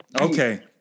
Okay